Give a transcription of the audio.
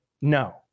No